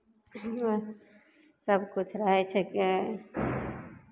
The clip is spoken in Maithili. सभकिछु रहै छिकै